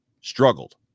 struggled